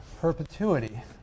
perpetuity